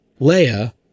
Leia